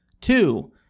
Two